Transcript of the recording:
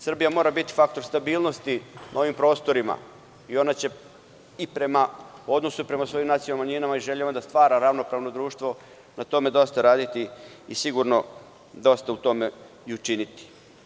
Srbija mora biti faktor stabilnosti na ovim prostorima i ona će i u odnosu prema svojim nacionalnim manjinama i željama da stvara ravnopravno društvo na tome dosta raditi i sigurno dosta u tome učiniti.